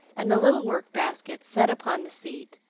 and the little work-basket set upon the seat,